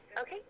Okay